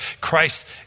Christ